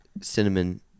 cinnamon